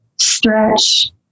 stretch